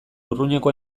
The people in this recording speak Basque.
urruñako